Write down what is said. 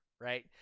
right